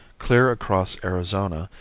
clear across arizona,